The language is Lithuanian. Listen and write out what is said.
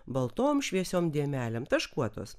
baltom šviesiom dėmelėm taškuotos